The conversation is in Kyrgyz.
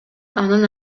анын